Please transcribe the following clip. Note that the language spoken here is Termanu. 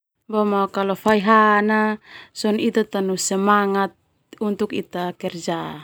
Kalo fai ha na ita tanu semangat untuk ita kerja.